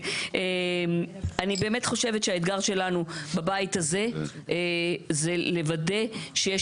אני באמת חושבת שהאתגר שלנו בבית הזה זה לוודא שיש